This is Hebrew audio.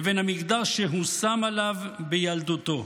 לבין המגדר שהושם עליו בילדותו.